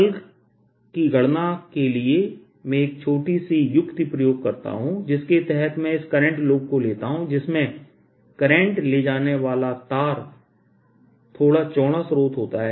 curl की गणना करने के लिए मैं एक छोटी सी युक्ति प्रयोग करता हूं जिसके तहत मैं इस करंट लूपCurrent Loop0 को लेता हूं जिसमें करंट ले जाने वाला तार थोड़ा चौड़ा स्रोत होता है